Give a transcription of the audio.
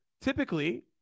Typically